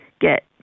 get